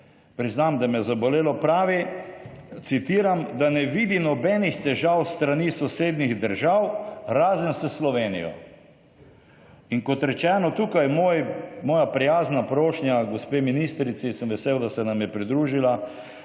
Priznam, da me je zabolelo. Pravi, citiram, »da ne vidi nobenih težav s strani sosednjih držav, razen s Slovenijo«. In kot rečeno, tukaj moj, moja prijazna prošnja gospe ministrici, sem vesel, da se nam je pridružila,